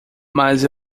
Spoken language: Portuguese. mas